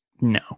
no